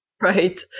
Right